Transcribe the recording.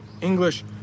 English